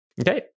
Okay